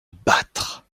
battre